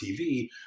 TV